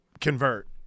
convert